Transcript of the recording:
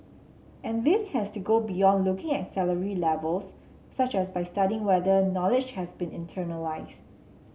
and this has to go beyond looking at salary levels such as by studying whether knowledge has been internalised